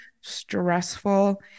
stressful